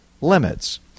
limits